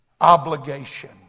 Obligation